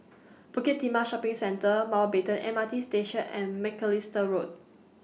Bukit Timah Shopping Centre Mountbatten M R T Station and Macalister Road